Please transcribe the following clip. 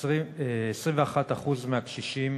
21% מהקשישים